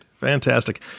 Fantastic